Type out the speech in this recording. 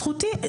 זכותי.